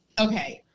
Okay